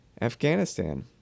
Afghanistan